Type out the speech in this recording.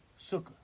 Sukkah